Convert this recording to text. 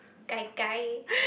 Gai-Gai